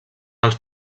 els